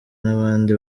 n’abandi